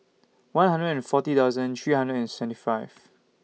one hundred and forty thousand three hundred and seventy five